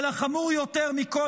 אבל החמור יותר מכול,